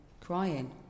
crying